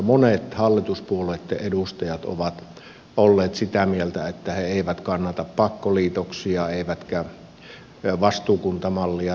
monet hallituspuolueitten edustajat ovat olleet sitä mieltä että he eivät kannata pakkoliitoksia eivätkä vastuukuntamallia sotessa